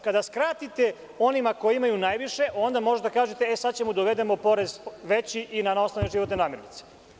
Kada skratite onima koji imaju najviše, onda možete da kažete – sada ćemo da uvedemo porez veći i na osnovne životne namirnice.